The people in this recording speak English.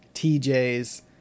TJ's